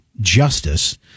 justice